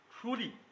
truly